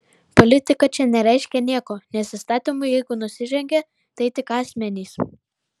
politika čia nereiškia nieko nes įstatymui jeigu nusižengė tai tik asmenys